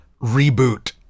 reboot